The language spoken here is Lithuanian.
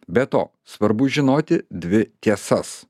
be to svarbu žinoti dvi tiesas